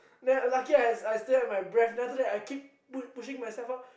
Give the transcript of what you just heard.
then lucky I sill have my breath then I keep pushing myself up